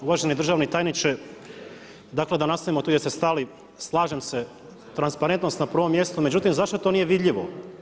Uvaženi državni tajniče, dakle, da nastavimo tu gdje ste stali, slažem se transparentnost na prvom mjestu, međutim, zašto to nije vidljivo?